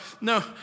no